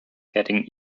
heading